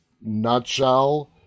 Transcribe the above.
nutshell